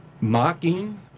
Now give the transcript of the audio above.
Mocking